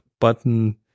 button